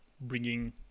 bringing